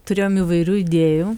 turėjom įvairių idėjų